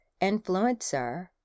influencer